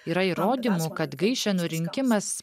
yra įrodymų kad gaišenų rinkimas